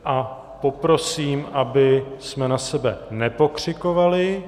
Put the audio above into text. A poprosím, abychom na sebe nepokřikovali.